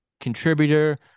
contributor